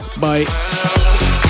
Bye